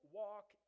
walk